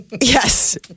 Yes